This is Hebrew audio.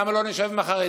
למה לא נשב עם החרדים?